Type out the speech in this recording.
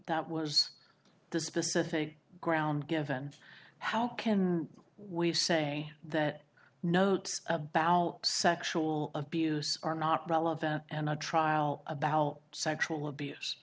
that was the specific ground given how can we say that notes about sexual abuse are not relevant and a trial about sexual abuse